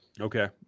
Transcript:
Okay